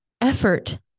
effort